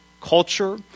culture